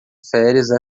férias